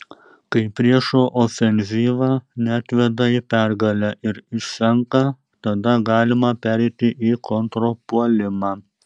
kai priešo ofenzyva neatveda į pergalę ir išsenka tada galima pereiti į kontrpuolimą